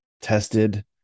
tested